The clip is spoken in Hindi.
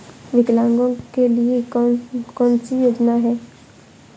विकलांगों के लिए कौन कौनसी योजना है?